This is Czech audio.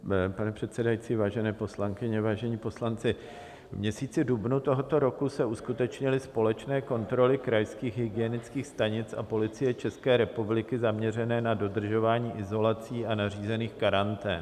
Vážený pane předsedající, vážené poslankyně, vážení poslanci, v měsíci dubnu tohoto roku se uskutečnily společné kontroly krajských hygienických stanic a Policie České republiky zaměřené na dodržování izolací a nařízených karantén.